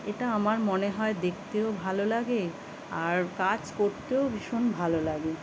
এটা আমার মনে হয় দেখতেও ভালো লাগে আর কাজ করতেও ভীষণ ভালো লাগে